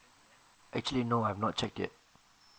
actually no I have not checked yet